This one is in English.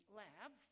lab